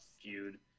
feud